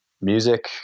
music